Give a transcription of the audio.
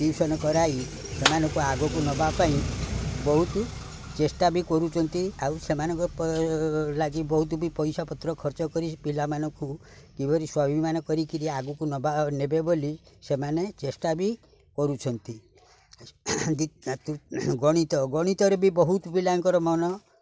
tuition କରାଇ ସେମାନଙ୍କୁ ଆଗକୁ ନବା ପାଇଁ ବହୁତ ଚେଷ୍ଟା ବି କରୁଛନ୍ତି ଆଉ ସେମାନଙ୍କ ଲାଗି ବହୁତ ବି ପଇସା ପତ୍ର ଖର୍ଚ୍ଚ କରି ପିଲାମାନଙ୍କୁ କିଭଳି ସ୍ଵାଭିମାନ କରିକିରି ଆଗକୁ ନବା ନେବେ ବୋଲି ସେମାନେ ଚେଷ୍ଟା ବି କରୁଛନ୍ତି ଗଣିତ ଗଣିତରେ ବି ବହୁତ ପିଲାଙ୍କର ମନ